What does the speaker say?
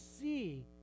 see